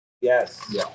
Yes